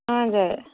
हजुर